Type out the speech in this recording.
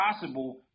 possible